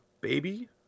Baby